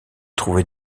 trouver